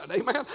amen